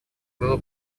было